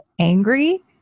angry